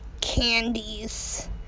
candies